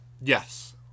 Yes